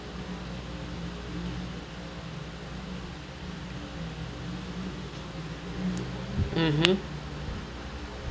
mmhmm